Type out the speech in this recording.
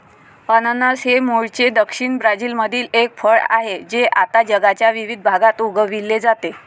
अननस हे मूळचे दक्षिण ब्राझीलमधील एक फळ आहे जे आता जगाच्या विविध भागात उगविले जाते